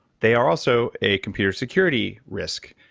they are also a computer security risk.